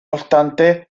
obstante